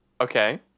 okay